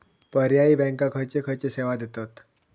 पर्यायी बँका खयचे खयचे सेवा देतत?